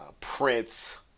Prince